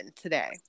today